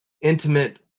intimate